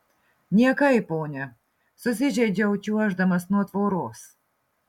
niekai ponia susižeidžiau čiuoždamas nuo tvoros